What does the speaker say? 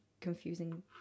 confusing